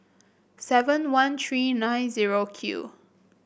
seven one three nine zero Q